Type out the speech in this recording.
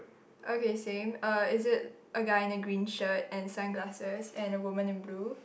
okay same uh is it a guy in a green shirt and sunglasses and a woman in blue